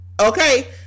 Okay